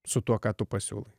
su tuo ką tu pasiūlai